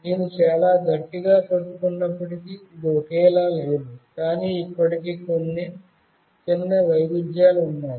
నేను చాలా గట్టిగా పట్టుకున్నప్పటికీ ఇది ఒకేలా లేదు కానీ ఇప్పటికీ కొన్ని చిన్న వైవిధ్యాలు ఉన్నాయి